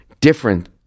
different